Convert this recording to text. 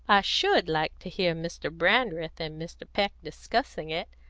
i should like to hear mr. brandreth and mr. peek discussing it.